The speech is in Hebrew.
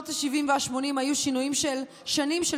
שנות השבעים והשמונים היו שנים של